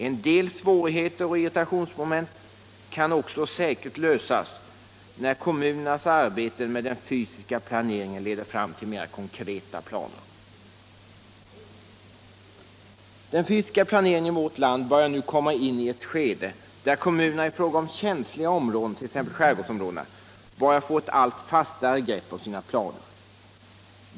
En del svårigheter och irritationsmoment kan också säkert lösas när kommunernas arbete med den fysiska planeringen leder fram till mera konkreta planer. Den fysiska planeringen i vårt land börjar nu komma in i ett skede där kommunerna i fråga om känsliga områden, t.ex. skärgårdsområden, börjar få ett allt fastare grepp om sina planer.